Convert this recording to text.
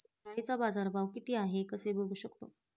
ज्वारीचा बाजारभाव किती आहे कसे बघू शकतो?